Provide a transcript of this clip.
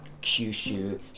Kyushu